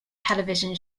television